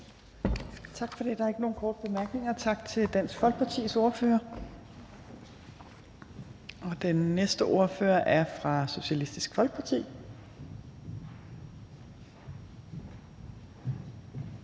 Tak for det. Der er ikke nogen korte bemærkninger. Tak til Dansk Folkepartis ordfører. Den næste ordfører er fra Socialistisk Folkeparti.